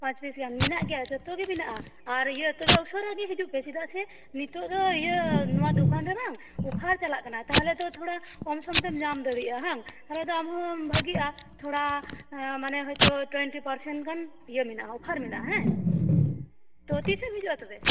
ᱯᱟᱸᱪ ᱯᱤᱥ ᱜᱟᱱ ᱢᱮᱱᱟᱜ ᱜᱮᱭᱟ ᱡᱚᱛᱚ ᱜᱮ ᱢᱮᱱᱟᱜᱼᱟ ᱟᱨ ᱤᱭᱟᱹ ᱛᱚᱵᱮ ᱩᱥᱟᱹᱨᱟ ᱜᱮ ᱦᱤᱡᱩᱜ ᱯᱮ ᱪᱮᱫᱟᱜ ᱥᱮ ᱱᱤᱛᱚᱜ ᱫᱚ ᱤᱭᱟᱹ ᱱᱚᱣᱟ ᱫᱚᱠᱟᱱ ᱨᱮ ᱵᱟᱝ ᱚᱯᱷᱟᱨ ᱪᱟᱞᱟᱜ ᱠᱟᱱᱟ ᱛᱟᱦᱚᱞᱮ ᱛᱚ ᱛᱷᱚᱲᱟ ᱠᱚᱢᱥᱚᱢ ᱛᱮᱢ ᱧᱟᱢ ᱫᱟᱲᱮᱭᱟᱜᱼᱟ ᱦᱟᱝ ᱛᱟᱦᱚᱞᱮ ᱫᱚ ᱟᱢ ᱦᱚᱢ ᱵᱷᱟᱹᱜᱮᱼᱟ ᱛᱷᱚᱲᱟ ᱢᱟᱱᱮ ᱦᱳᱭᱛᱚ ᱴᱩᱭᱮᱱᱴᱤ ᱯᱟᱨᱥᱮᱱ ᱜᱟᱱ ᱤᱭᱟᱹ ᱢᱮᱱᱟᱜᱼᱟ ᱚᱯᱷᱟᱨ ᱢᱮᱱᱟᱜᱼᱟ ᱦᱮᱸ ᱛᱚ ᱛᱤᱥᱮᱢ ᱦᱤᱡᱩᱜᱼᱟ ᱛᱚᱵᱮ